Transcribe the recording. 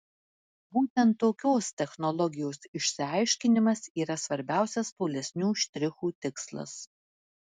būtent tokios technologijos išsiaiškinimas yra svarbiausias tolesnių štrichų tikslas